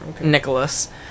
nicholas